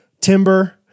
Timber